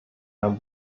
haben